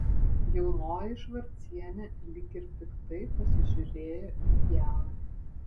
jaunoji švarcienė lyg ir piktai pasižiūrėjo į ją